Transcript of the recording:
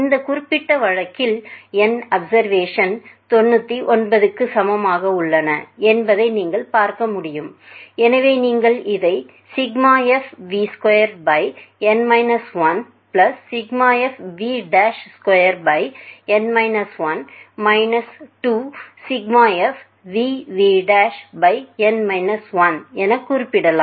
இந்த குறிப்பிட்ட வழக்கில் n அப்ஸா்வேஸன்ஸ் 99க்கு சமமாக உள்ளன என்பதை நீங்கள் பார்க்க முடியும் எனவே நீங்கள் இதை fv2 fv2 2fvvஎன குறிப்பிடலாம்